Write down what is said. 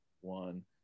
one